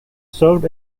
served